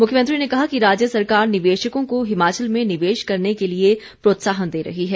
मुख्यमंत्री ने कहा कि राज्य सरकार निवेशकों को हिमाचल में निवेश करने के लिए प्रोत्साहन दे रही है